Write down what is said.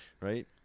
Right